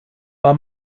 bei